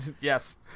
Yes